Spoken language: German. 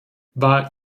war